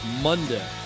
Monday